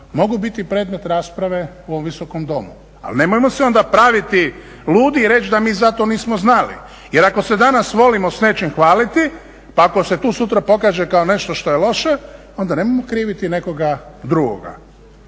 mogu biti predmet rasprave u ovom Visokom domu, ali nemojmo se onda praviti ludi i reći da mi za to nismo znali jer ako se danas volimo s nečim hvaliti pa ako se to sutra pokaže kao nešto što je loše, onda nemojmo kriviti nekoga drugoga.